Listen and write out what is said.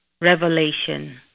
Revelation